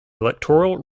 electoral